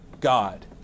God